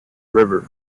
river